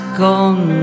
gone